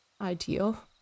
ideal